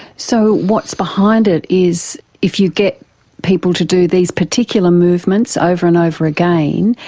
so what's behind it is if you get people to do these particular movements over and over again,